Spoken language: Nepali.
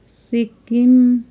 सिक्किम